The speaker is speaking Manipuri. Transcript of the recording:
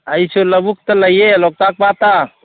ꯑꯩꯁꯦ ꯂꯧꯕꯨꯛꯇ ꯂꯩꯌꯦ ꯂꯣꯛꯇꯥꯛ ꯄꯥꯠꯇ